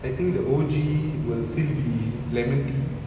I think the O_G will still be lemon tea